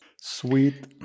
sweet